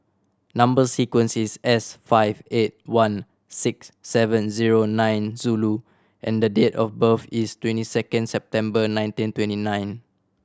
number sequence is S five eight one six seven zero nine zero and the date of birth is twenty second September nineteen twenty nine